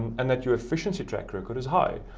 and that your efficiency track record is high.